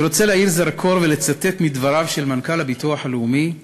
אני רוצה להאיר זרקור ולצטט מדבריו של מנכ"ל הביטוח הלאומי,